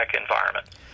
environment